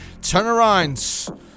Turnarounds